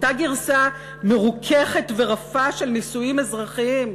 אותה גרסה מרוככת ורפה של נישואים אזרחיים,